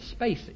spacey